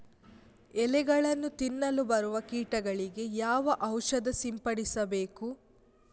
ಎಲೆಗಳನ್ನು ತಿನ್ನಲು ಬರುವ ಕೀಟಗಳಿಗೆ ಯಾವ ಔಷಧ ಸಿಂಪಡಿಸಬೇಕು?